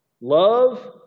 Love